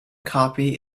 copy